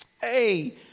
Hey